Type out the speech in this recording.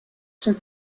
sont